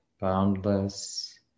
boundless